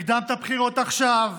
הקדמת בחירות עכשיו,